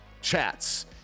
chats